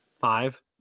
five